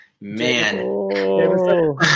man